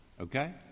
Okay